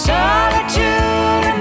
Solitude